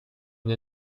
une